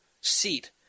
seat